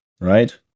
right